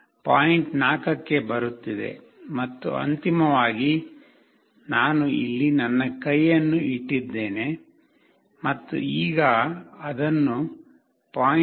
4 ಕ್ಕೆ ಬರುತ್ತಿದೆ ಮತ್ತು ಅಂತಿಮವಾಗಿ ನಾನು ಇಲ್ಲಿ ನನ್ನ ಕೈಯನ್ನು ಇಟ್ಟಿದ್ದೇನೆ ಮತ್ತು ಈಗ ಅದನ್ನು 0